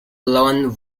loan